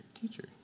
teacher